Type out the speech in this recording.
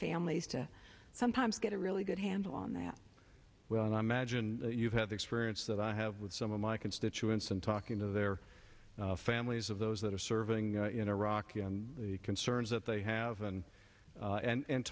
families to sometimes get a really good handle on that and i imagine you have experience that i have with some of my constituents and talking to their families of those that are serving in iraq concerns that they have and and